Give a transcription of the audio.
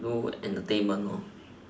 no entertainment